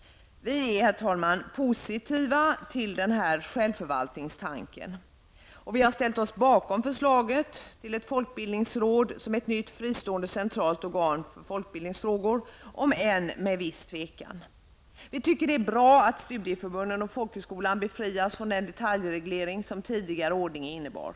Vi är, herr talman, positiva till den här självförvaltningstanken. Vi har ställt oss bakom förslaget om ett folkbildningsråd som ett nytt fristående centralt organ för folkbildningsfrågor. Det har vi gjort om än med viss tvekan. Vi tycker att det är bra att studieförbunden och folkhögskolan befrias från den detaljreglering som tidigare ordning innebar.